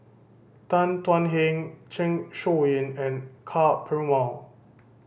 Tan Thuan Heng Zeng Shouyin and Ka Perumal